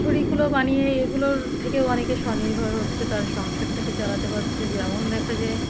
ঝুড়ি কুলো বানিয়ে এগুলোর থেকেও অনেকে স্বনির্ভর হচ্ছে তার সংসারটাকে চালাতে পারছে যেমন দেখা যায়